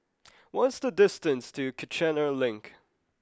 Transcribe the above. what is the distance to Kiichener Link